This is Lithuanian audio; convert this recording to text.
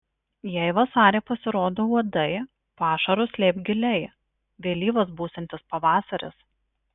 jei vasarį pasirodo uodai pašarus slėpk giliai vėlyvas būsiantis pavasaris